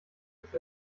ich